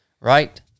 right